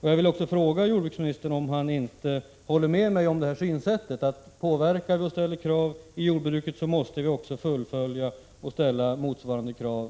Jag vill också fråga jordbruksministern om han inte håller med mig om synsättet, att om vi påverkar och ställer krav på jordbruket måste vi också fullfölja detta och ställa motsvarande krav